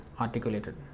articulated